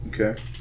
Okay